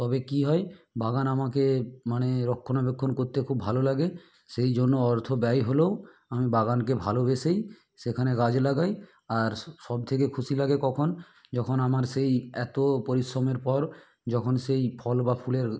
তবে কী হয় বাগান আমাকে মানে রক্ষণাবেক্ষণ করতে খুব ভালো লাগে সেই জন্য অর্থ ব্যয় হলেও আমি বাগানকে ভালোবেসেই সেখানে গাছ লাগাই আর সব থেকে খুশি লাগে কখন যখন আমার সেই এতো পরিশ্রমের পর যখন সেই ফল বা ফুলের